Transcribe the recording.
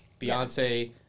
Beyonce